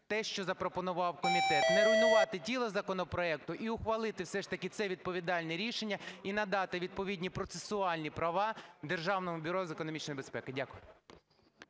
те, що запропонував комітет: не руйнувати тіло законопроекту і ухвалити все ж таки це відповідальне рішення і надати відповідні процесуальні права Державному бюро з економічної безпеки. Дякую.